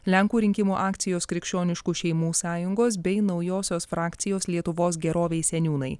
lenkų rinkimų akcijos krikščioniškų šeimų sąjungos bei naujosios frakcijos lietuvos gerovei seniūnai